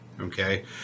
Okay